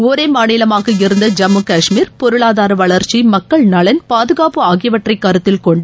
ஒரே மாநிலமாக இருந்த ஜம்மு கஷ்மீர் பொருளாதார வளர்ச்சி மக்கள் நலன் பாதுகாப்பு ஆகியவற்றை கருத்தில் கொண்டு